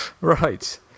Right